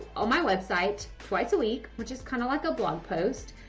on my website twice a week which is kind of like a blog post.